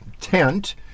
tent